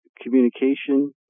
communication